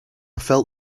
felt